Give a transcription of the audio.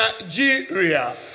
Nigeria